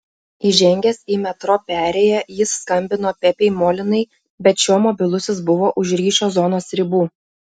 įžengęs į metro perėją jis skambino pepei molinai bet šio mobilusis buvo už ryšio zonos ribų